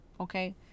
Okay